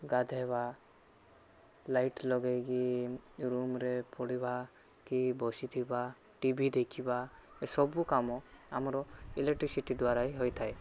ଗାଧୋଇବା ଲାଇଟ୍ ଲଗେଇକି ରୁମ୍ରେ ପଢ଼ିବା କି ବସିଥିବା ଟି ଭି ଦେଖିବା ଏସବୁ କାମ ଆମର ଇଲେକ୍ଟ୍ରିସିଟି ଦ୍ଵାରା ହିଁ ହୋଇଥାଏ